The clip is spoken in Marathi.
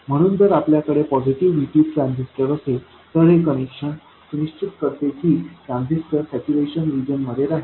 म्हणून जर आपल्याकडे पॉझिटिव्ह VT ट्रान्झिस्टर असेल तर हे कनेक्शन हे सुनिश्चित करते की ट्रांझिस्टर सॅच्युरेशन रिजन मध्ये राहील